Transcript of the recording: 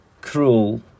cruel